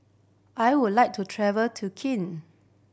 I would like to travel to